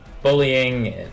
Bullying